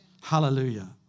Hallelujah